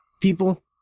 people